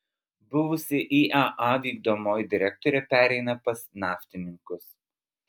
buvusi iea vykdomoji direktorė pereina pas naftininkus